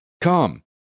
come